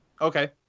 okay